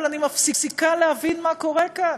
אבל אני מפסיקה להבין מה קורה כאן.